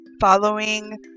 following